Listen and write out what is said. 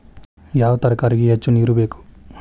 ಯಾವ ತರಕಾರಿಗೆ ಹೆಚ್ಚು ನೇರು ಬೇಕು?